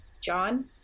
John